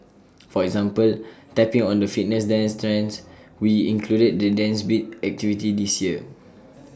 for example tapping on the fitness dance trends we included the dance beat activity this year